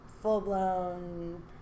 full-blown